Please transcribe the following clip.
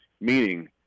meaning